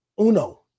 Uno